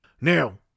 Now